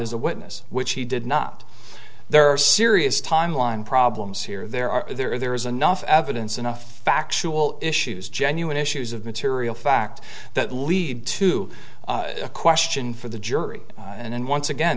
as a witness which he did not there are serious timeline problems here there are there are there is enough evidence enough factual issues genuine issues of material fact that lead to a question for the jury and once again